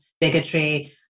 bigotry